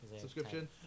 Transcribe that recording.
Subscription